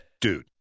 Dude